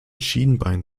schienbein